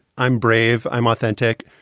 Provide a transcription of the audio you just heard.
i'm brave. i'm authentic.